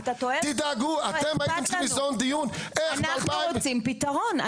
אתם הייתם צריכים ליזום דיון --- אנחנו רוצים פתרון,